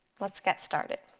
let's get started.